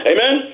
Amen